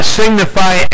signify